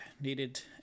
needed